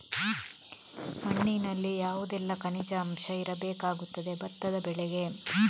ಮಣ್ಣಿನಲ್ಲಿ ಯಾವುದೆಲ್ಲ ಖನಿಜ ಅಂಶ ಇರಬೇಕಾಗುತ್ತದೆ ಭತ್ತದ ಬೆಳೆಗೆ?